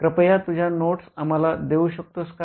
कृपया तुझ्या नोट्स आम्हाला देऊ शकतोस का